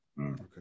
Okay